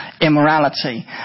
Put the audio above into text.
immorality